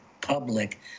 public